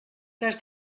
cas